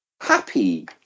happy